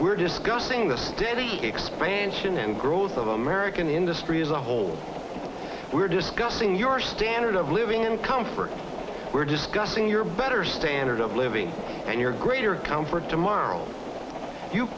we're discussing the steady expansion and growth of american industry as a whole we're discussing your standard of living in comfort we're discussing your better standard of living and your greater comfort tomorrow you